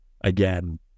again